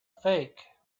fake